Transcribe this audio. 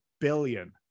billion